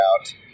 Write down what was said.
out